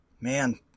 man